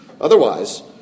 Otherwise